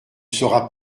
seras